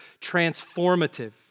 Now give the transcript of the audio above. transformative